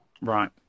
Right